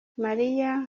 mariya